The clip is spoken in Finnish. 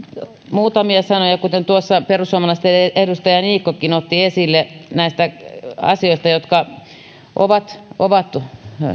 muutamia sanoja kuten tuossa perussuomalaisten edustaja niikkokin otti esille näistä asioista jotka ovat ovat